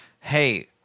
Hey